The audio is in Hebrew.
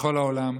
בכל העולם.